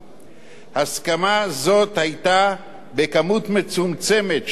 הסכמה זאת היתה בכמות מצומצמת של לומדי תורה,